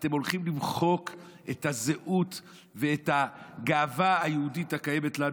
אתם הולכים למחוק את הזהות ואת הגאווה היהודית הקיימת לנו.